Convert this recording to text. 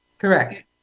Correct